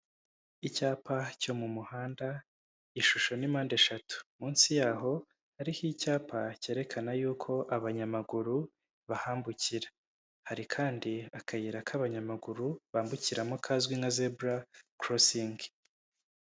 Icyapa cyo mu muhanda ishusho n'impande eshatu. Munsi yaho hariho icyapa cyerekana yuko abanyamaguru bahambukira. Hari kandi akayira k'abanyamaguru bambukiramo kazwi nka zebura korosingi.